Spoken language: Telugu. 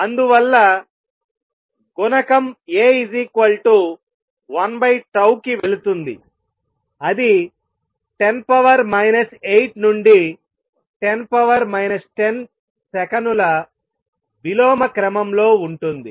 అందువల్ల గుణకం A 1τ కి వెళుతుంది అది 10 8 నుండి 10 10 సెకనుల విలోమ క్రమంలో ఉంటుంది